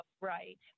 right